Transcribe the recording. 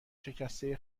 شکسته